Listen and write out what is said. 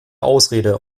ausrede